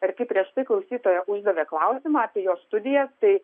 ir kai prieš tai klausytoja uždavė klausimą apie jos studijas tai